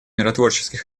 миротворческих